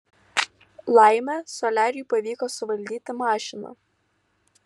laimė soliariui pavyko suvaldyti mašiną